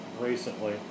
recently